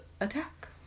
attack